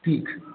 ठीक है